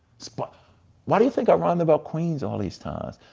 but why do you think i rhymed about queens all these times?